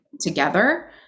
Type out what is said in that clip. together